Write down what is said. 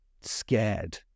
scared